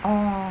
orh